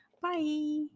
Bye